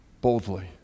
boldly